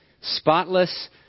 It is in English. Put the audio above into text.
spotless